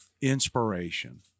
inspiration